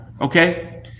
okay